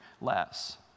less